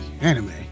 Anime